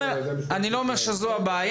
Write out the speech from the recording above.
על ידי משטרת ישראל אני לא אומר שזו הבעיה,